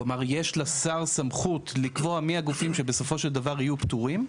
כלומר יש לשר סמכות לקבוע מי הגופים שבסופו של דבר יהיו פטורים,